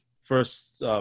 first, –